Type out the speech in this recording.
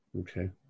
Okay